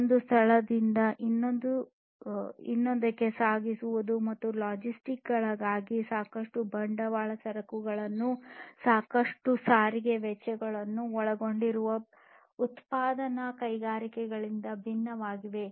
ಒಂದು ಸ್ಥಳದಿಂದ ಇನ್ನೊಂದಕ್ಕೆ ಸಾಗಿಸುವುದು ಮತ್ತು ಲಾಜಿಸ್ಟಿಕ್ಸ್ ಗಳಿಗಾಗಿ ಸಾಕಷ್ಟು ಬಂಡವಾಳ ಸರಕುಗಳನ್ನು ಸಾಕಷ್ಟು ಸಾರಿಗೆ ವೆಚ್ಚಗಳನ್ನು ಒಳಗೊಂಡಿರುವ ಉತ್ಪಾದನಾ ಕೈಗಾರಿಕೆಗಳಿಗಿಂತ ಭಿನ್ನವಾಗಿದೆ